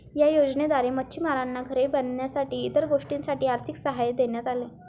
या योजनेद्वारे मच्छिमारांना घरे बांधण्यासाठी इतर गोष्टींसाठी आर्थिक सहाय्य देण्यात आले